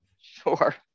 Sure